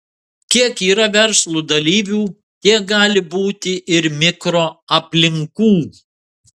kiek yra verslo dalyvių tiek gali būti ir mikroaplinkų